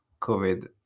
COVID